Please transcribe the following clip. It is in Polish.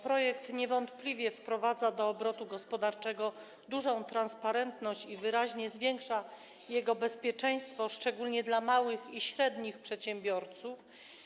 Projekt niewątpliwie wprowadza do obrotu gospodarczego dużą transparentność i wyraźnie zwiększa jego bezpieczeństwo, szczególnie dla małych i średnich przedsiębiorców.